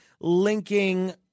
linking